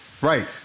Right